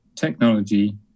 technology